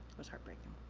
was heartbreaking.